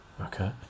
okay